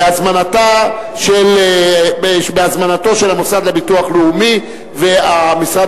בהזמנתו של המוסד לביטוח לאומי ומשרד